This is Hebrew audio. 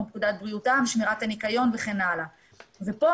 כמו הפקודה על בריאות העם,